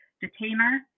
detainer